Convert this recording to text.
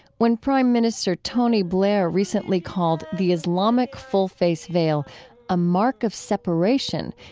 when prime minister tony blair recently called the islamic full-face veil a mark of separation,